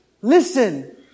Listen